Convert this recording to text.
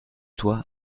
toi